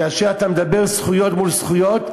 כאשר אתה מדבר זכויות מול זכויות,